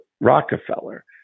Rockefeller